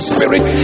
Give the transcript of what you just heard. Spirit